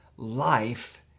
Life